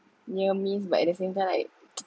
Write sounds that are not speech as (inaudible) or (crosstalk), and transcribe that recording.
near miss but at the same time like (noise)